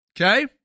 Okay